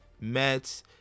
mets